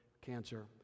cancer